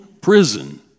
prison